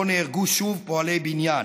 שבו נהרגו שוב פועלי בניין.